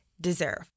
deserve